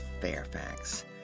Fairfax